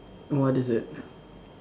what is it